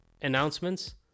announcements